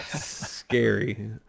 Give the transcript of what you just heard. Scary